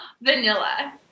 Vanilla